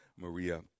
Maria